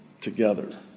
together